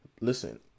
Listen